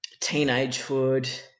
teenagehood